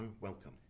welcome